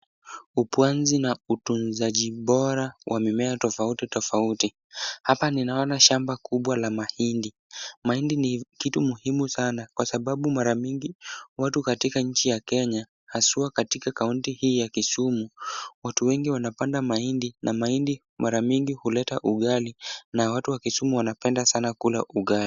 Upanzi na utunzaji bora wa mimea tofauti tofauti. Hapa ninaona shamba kubwa la mahindi. Mahindi ni kitu muhimu sana kwa sababu mara mingi watu katika nchi ya Kenya haswa katika kaunti hii ya Kisumu watu wengi wanapanda mahindi na mahindi mara mingi huleta ugali na watu wa Kisumu wanapenda sana kula ugali.